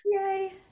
Yay